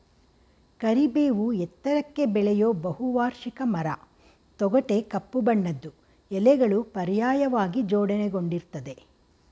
ಕರಿಬೇವು ಎತ್ತರಕ್ಕೆ ಬೆಳೆಯೋ ಬಹುವಾರ್ಷಿಕ ಮರ ತೊಗಟೆ ಕಪ್ಪು ಬಣ್ಣದ್ದು ಎಲೆಗಳು ಪರ್ಯಾಯವಾಗಿ ಜೋಡಣೆಗೊಂಡಿರ್ತದೆ